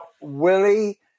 Willie